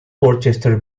worcester